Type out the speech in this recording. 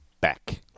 back